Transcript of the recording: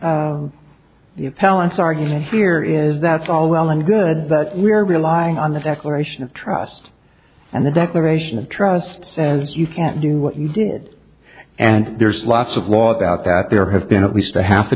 think the palace argument here is that's all well and good that we're relying on the declaration of trust and the declaration of trust says you can't do what you did and there's lots of law about that there have been at least a half a